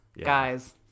guys